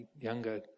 younger